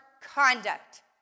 conduct